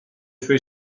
suoi